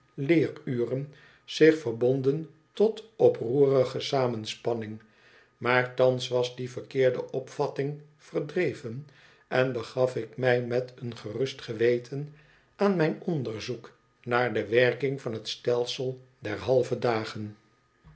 leeruren zich verbonden totoproerige samenspanning maar thans was die verkeerde opvatting verdreven en begaf ik mij met een gerust geweten aan mijn onderzoek naar de werking van het stelsel der halve dagen